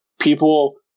people